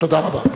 תודה רבה.